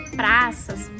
praças